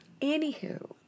Anywho